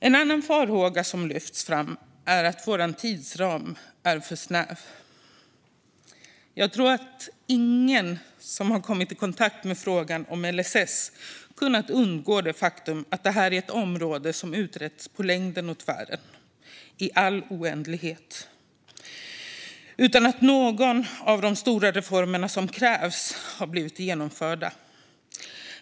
En annan farhåga som lyfts fram är att vår tidsram är för snäv. Jag tror att ingen som har kommit i kontakt med frågan om LSS kunnat undgå det faktum att det här är ett område som utretts på längden och tvären i all oändlighet, utan att någon av de stora reformer som krävs blivit genomförda.